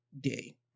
day